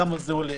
כמה זה עולה,